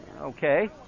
Okay